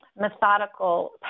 Methodical